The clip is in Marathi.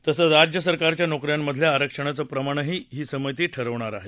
तसंच राज्य सरकारच्या नोकऱ्यांमधल्या आरक्षणाचं प्रमाणही ही समिती ठरवणार आहे